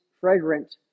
fragrant